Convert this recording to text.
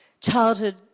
childhood